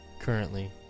currently